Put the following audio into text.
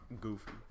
Goofy